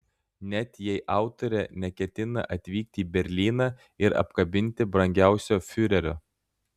net jei autorė neketina atvykti į berlyną ir apkabinti brangiausio fiurerio